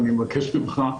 אני מבקש ממך,